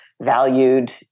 valued